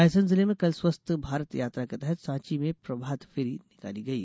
रायसेन जिले में कल स्वस्थ भारत यात्रा के तहत सॉची में प्रभातफेरी निकाली गई